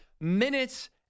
Minutes